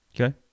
Okay